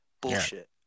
Bullshit